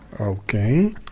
okay